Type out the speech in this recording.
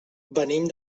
venim